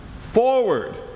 Forward